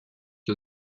qui